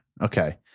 Okay